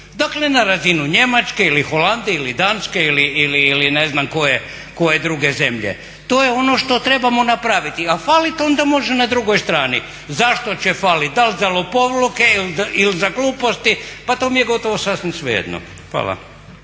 Dakle na razinu Njemačke ili Holandije ili Danske ili ne znam koje druge zemlje. To je ono što trebamo napraviti. A falit onda može na drugoj strani. Zašto će falit, dal za lopovluke ili za gluposti? Pa to mi je gotovo sasvim svejedno. Hvala.